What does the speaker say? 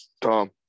Tom